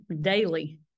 daily